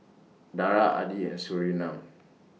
Dara Adi and Surinam